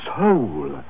soul